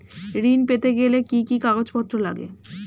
ঋণ পেতে গেলে কি কি কাগজপত্র লাগে?